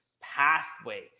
pathway